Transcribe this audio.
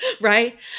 Right